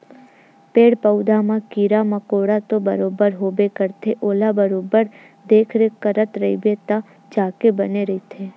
पेड़ पउधा म कीरा मकोरा तो बरोबर होबे करथे ओला बरोबर देखरेख करत रहिबे तब जाके बने रहिथे